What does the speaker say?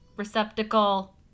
receptacle